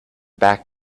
back